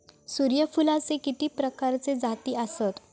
सूर्यफूलाचे किती प्रकारचे जाती आसत?